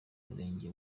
murenge